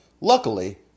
Luckily